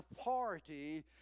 authority